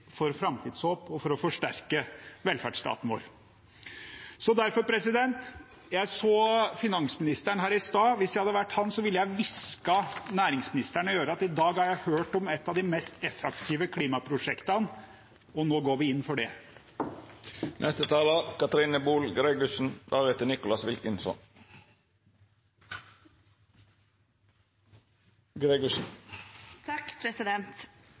for framtidshåp og for å forsterke velferdsstaten vår. Jeg så finansministeren her i stad. Hvis jeg hadde vært ham, ville jeg hvisket næringsministeren i øret at jeg i dag har hørt om et av de mest effektive klimaprosjektene, og at vi nå går inn for